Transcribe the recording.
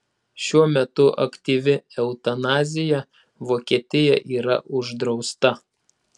šiuo metu aktyvi eutanazija vokietija yra uždrausta